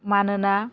मानोना